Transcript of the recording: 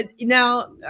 Now